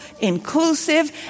inclusive